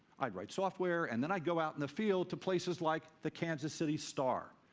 i'd write software and then i'd go out in the field to places like the kansas city star,